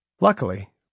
Luckily